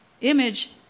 image